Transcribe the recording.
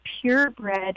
purebred